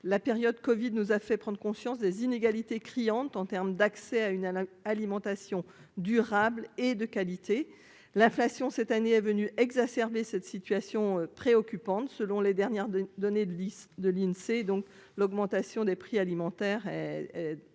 la période Covid nous a fait prendre conscience des inégalités criantes en terme d'accès à une à l'alimentation durable et de qualité, l'inflation cette année est venu exacerber cette situation préoccupante, selon les dernières données de liste de l'Insee, donc l'augmentation des prix alimentaires, approche